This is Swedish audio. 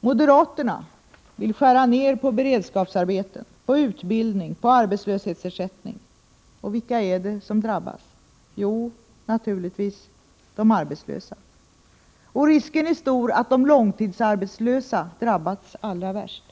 Moderaterna vill skära ned på beredskapsarbeten, på utbildning, på arbetslöshetsersättning. Och vilka är det som drabbas? Jo, naturligtvis de arbetslösa. Och risken är stor att de långtidsarbetslösa drabbas allra värst.